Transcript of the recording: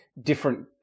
different